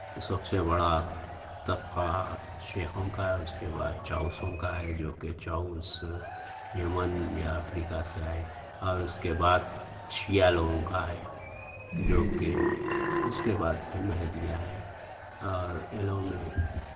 سب سے بڑا طبقہ شیخوں کا ہے اس کے بعد چاؤسوں کا ہے جو کہ چاؤس یمن یا افریقہ سے آئے اور اس کے بعد شیعہ لوگوں کا ہے جو کہ اس کے بعد پھر مہدیہ ہے اور ایلوں میں